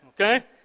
okay